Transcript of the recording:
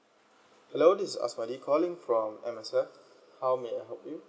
hello this asmadi calling from M_S_F how may I help you